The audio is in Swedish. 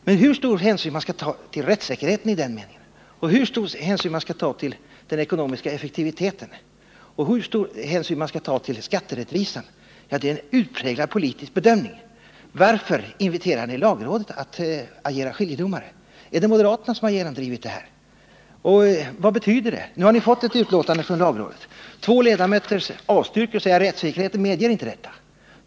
Men hur stor hänsyn man skall ta till rättssäkerheten, hur stor hänsyn man skall ta till den ekonomiska effektiviteten och hur stor hänsyn man skall ta till skatterättvisan, det är en utpräglat politisk bedömning. Varför inviterar ni lagrådet att agera skiljedomare? Är det moderaterna som genomdrivit det? Och vad betyder det? Nu har ni fått ett utlåtande från lagrådet. Två ledamöter avstyrker en klausul av diskuterat slag och säger att rättssäkerheten inte 129 medger att man inför en sådan.